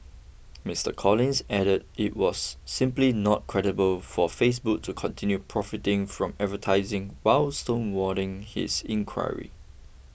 Mister Collins added it was simply not credible for Facebook to continue profiting from advertising while stonewalling his inquiry